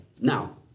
Now